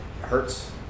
hurts